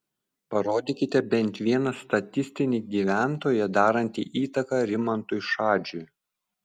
parodykite bent vieną statistinį gyventoją darantį įtaką rimantui šadžiui